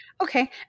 Okay